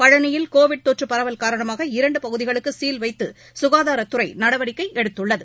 பழனியில் கோவிட் தொற்று பரவல் காரணமாக இரண்டு பகுதிகளுக்கு சீல் வைத்து சுகாதாரத்துறை நடவடிக்கை எடுத்துள்ளது